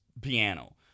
piano